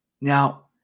Now